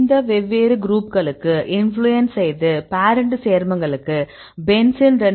இந்த வெவ்வேறு குரூப்களுக்கு இன்ப்ளூயன்ஸ் செய்து பேரண்ட் சேர்மங்களுக்கு பென்சீன் 2